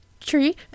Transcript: tree